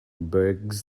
bags